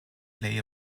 lay